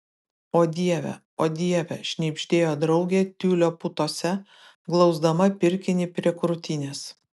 o dieve o dieve šnibždėjo draugė tiulio putose glausdama pirkinį prie krūtinės